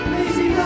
Lazy